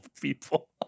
people